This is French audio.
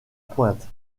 pointe